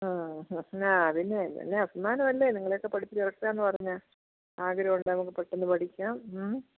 ആ അതിന് തന്നെ വലിയ അഭിമാനമല്ലേ നിങ്ങളെ ഒക്കെ പഠിപ്പിച്ചു ഇറക്കുക എന്ന് പറഞ്ഞാൽ ആഗ്രഹമുണ്ടേൽ നമുക്ക് പെട്ടെന്ന് പഠിക്കാം മ്മ്